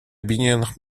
объединенных